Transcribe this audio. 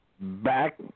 back